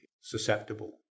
susceptible